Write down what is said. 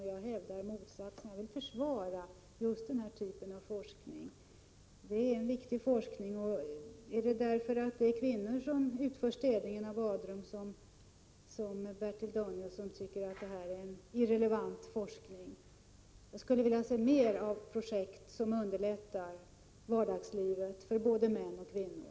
Jag hävdar motsatsen och vill försvara just den här typen av forskning. Den är viktig. Är det därför att det är kvinnor som utför städningen av badrum som Bertil Danielsson tycker att det är en irrelevant forskning? Jag skulle vilja se mer av projekt som underlättar vardagslivet för både män och kvinnor.